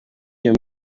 iyo